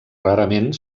rarament